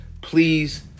Please